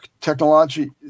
technology